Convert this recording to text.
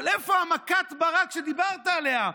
אבל איפה מכת החשמל שדיברת עליה?